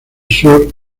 sur